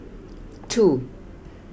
two